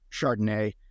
Chardonnay